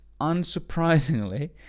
unsurprisingly